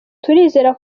turizera